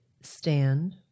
stand